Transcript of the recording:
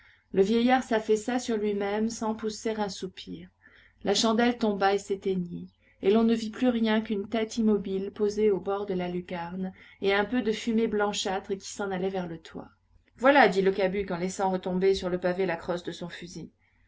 le vieillard s'affaissa sur lui-même sans pousser un soupir la chandelle tomba et s'éteignit et l'on ne vit plus rien qu'une tête immobile posée au bord de la lucarne et un peu de fumée blanchâtre qui s'en allait vers le toit voilà dit le cabuc en laissant retomber sur le pavé la crosse de son fusil